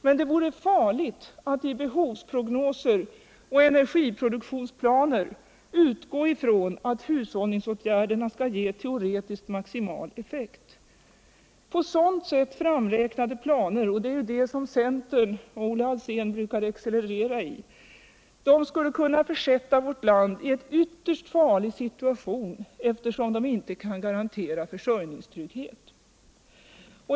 Men det vore farligt att i hbehovsprognoser och energiproduktionsplaner utgå ifrån att hushållningsåtgärderna skull ge tcoretiskt maximal effekt. På sådant sätt framräknade planer —- det är sådana som centern och Olle Alsén i DN excellerar i — skulle kunna försätta värt land i en ytterst farlig situation. eftersom de inte kan garantera försörjningstrygghet.